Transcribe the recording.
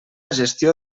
gestió